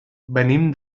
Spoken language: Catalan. venim